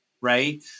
Right